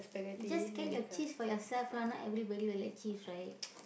you just get your cheese for yourself lah not everybody will like cheese right